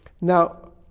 Now